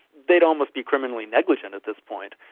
they'd almost be criminally negligent at this point,